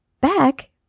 Back